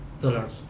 dollars